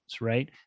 right